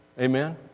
Amen